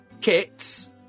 Kits